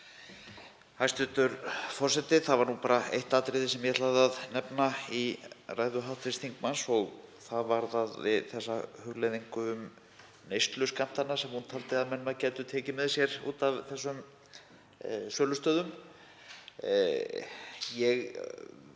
Það var bara eitt atriði sem ég ætlaði að nefna í ræðu hv. þingmanns og það varðaði hugleiðinguna um neysluskammtana sem hún taldi að menn gætu tekið með sér út af þessum sölustöðum.